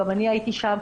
גם אני הייתי שם,